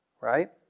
right